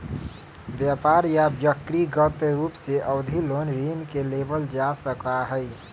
व्यापार या व्यक्रिगत रूप से अवधि लोन ऋण के लेबल जा सका हई